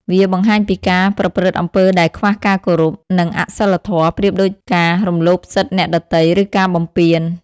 វាបង្ហាញពីការប្រព្រឹត្តអំពើដែលខ្វះការគោរព និងអសីលធម៌ ប្រៀបដូចការរំលោភសិទ្ធិអ្នកដទៃ ឬការបំពាន។